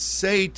say